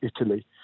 Italy